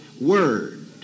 Word